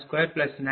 692223